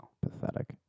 Pathetic